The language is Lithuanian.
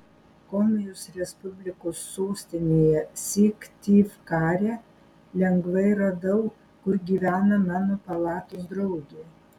komijos respublikos sostinėje syktyvkare lengvai radau kur gyvena mano palatos draugė